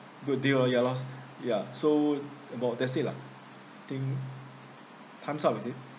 good deal ah ya lor ya so about that's it lah I think time's up is it